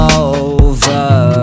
over